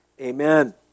Amen